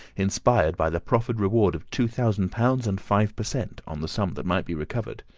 inspired by the proffered reward of two thousand pounds, and five per cent. on the sum that might be recovered.